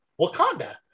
Wakanda